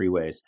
freeways